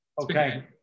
Okay